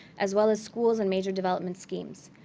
as well as schools and major development schemes.